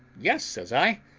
yes, says i,